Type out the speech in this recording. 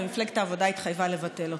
ומפלגת העבודה התחייבה לבטל אותו.